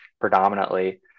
predominantly